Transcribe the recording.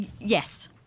Yes